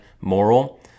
moral